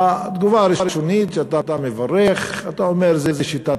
התגובה הראשונית, אתה מברך, אתה אומר, זה שיטת